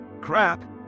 Crap